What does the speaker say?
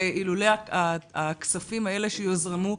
שאילולא הכספים האלה שיוזרמו,